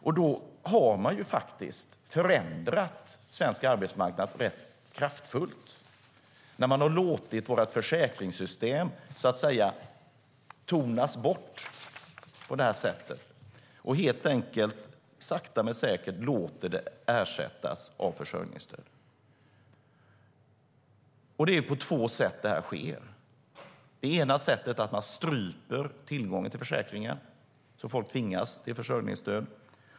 Man har faktiskt förändrat svensk arbetsmarknad rätt kraftfullt när man har låtit vårt försäkringssystem så att säga tona bort på detta sätt och sakta men säkert låter det ersättas av försörjningsstöd. Detta sker på två sätt. Det ena sättet är att man stryper tillgången till försäkringen, så att folk tvingas till försörjningsstöd.